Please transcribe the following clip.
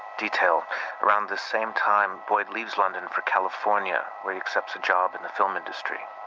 detail around the same time, boyd leaves london for california where he accepts a job in the film industry.